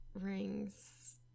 rings